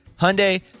Hyundai